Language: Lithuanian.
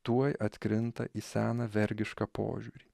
tuoj atkrinta į seną vergišką požiūrį